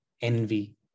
envy